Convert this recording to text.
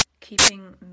keeping